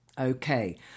Okay